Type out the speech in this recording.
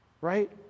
right